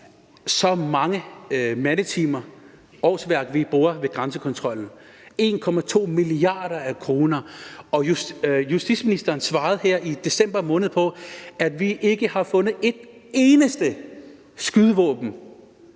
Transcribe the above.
mange mandetimer og årsværk og 1,25 mia. kr. på grænsekontrollen. Justitsministeren svarede her i december måned, at man ikke har fundet et eneste skydevåben.